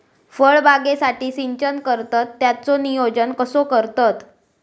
फळबागेसाठी सिंचन करतत त्याचो नियोजन कसो करतत?